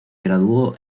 graduó